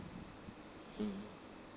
mm